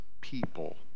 people